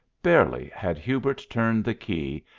barely had hubert turned the key,